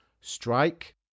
strike